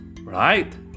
right